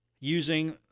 using